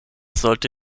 sollte